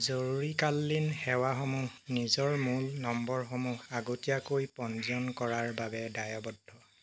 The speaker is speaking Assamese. জৰুৰীকালীন সেৱাসমূহ নিজৰ মূল নম্বৰসমূহ আগতীয়াকৈ পঞ্জীয়ন কৰাৰ বাবে দায়বদ্ধ